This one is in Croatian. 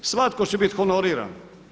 Svatko će biti honoriran.